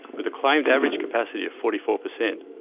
with a claimed average capacity of forty four per cent.